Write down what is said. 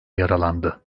yaralandı